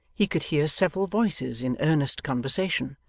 he could hear several voices in earnest conversation,